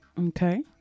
Okay